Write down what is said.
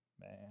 man